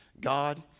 God